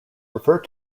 refer